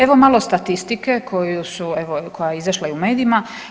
Evo malo statistike koju su, evo koja je izašla i u medijima.